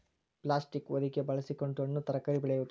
plastic ಹೊದಿಕೆ ಬಳಸಕೊಂಡ ಹಣ್ಣು ತರಕಾರಿ ಬೆಳೆಯುದು